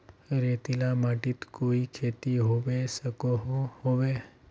रेतीला माटित कोई खेती होबे सकोहो होबे?